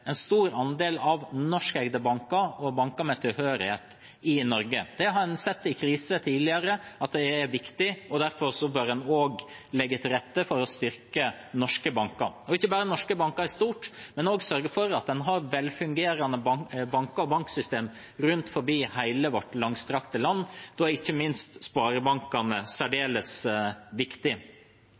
en stor andel av norskeide banker og banker med tilhørighet i Norge. Det har en sett i kriser tidligere er viktig, og derfor bør en også legge til rette for å styrke norske banker – ikke bare norske banker i stort, men også sørge for at en har velfungerende banker og banksystem rundt om i hele vårt langstrakte land. Da er ikke minst sparebankene særdeles viktig.